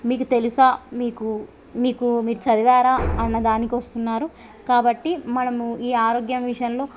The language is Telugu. మీకు తెలుసా మీకు మీకు మీరు చదివారా అన్న దానికొస్తున్నారు కాబట్టి మనము ఈ ఆరోగ్యం విషయంలో